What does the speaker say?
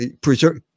preserve